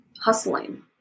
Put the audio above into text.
hustling